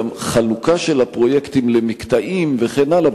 גם חלוקה של הפרויקטים למקטעים וכן הלאה,